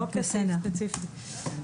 לא כסעיף ספציפי.